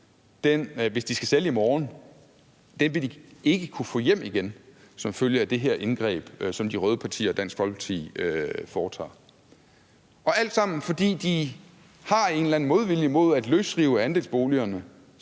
hvis de skal sælge i morgen – vil de ikke kunne få hjem igen som følge af det her indgreb, som de røde partier og Dansk Folkeparti foretager. Og det er alt sammen, fordi de har en eller anden modvilje mod at løsrive andelsboligernes